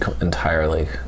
entirely